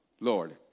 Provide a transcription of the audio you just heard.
Lord